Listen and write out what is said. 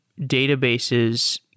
databases